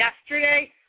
yesterday